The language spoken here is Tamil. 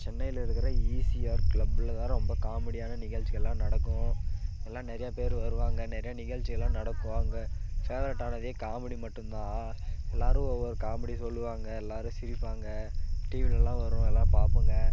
சென்னையில் இருக்கிற இசிஆர் க்ளப்பில்தான் ரொம்ப காமெடியான நிகழ்ச்சிகள்லான் நடக்கும் எல்லா நிறையா பேர் வருவாங்க நிறையா நிகழ்ச்சிகள்லான் நடக்கும் அங்கே ஃபேவரெட் ஆனதே காமெடி மட்டுந்தான் எல்லாரும் ஒவ்வொரு காமெடி சொல்லுவாங்க எல்லாரும் சிரிப்பாங்க டிவிலலான் வரும் எல்லாம் பார்ப்போங்க